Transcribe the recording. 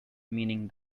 meaning